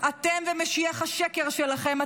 אתם ומשיח השקר שלכם.